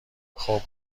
خوب